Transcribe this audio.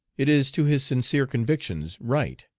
it is to his sincere convictions right,